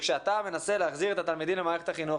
כשכאתה מנסה להחזיר את התלמידים למערכת החינוך,